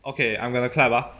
okay I'm gonna clap ah